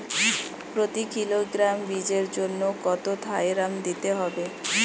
প্রতি কিলোগ্রাম বীজের জন্য কত থাইরাম দিতে হবে?